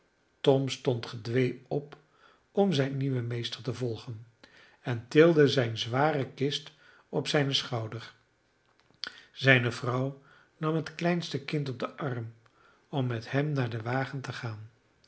tom stond gedwee op om zijn nieuwen meester te volgen en tilde zijne zware kist op zijnen schouder zijne vrouw nam het kleinste kind op den arm om met hem naar den wagen te gaan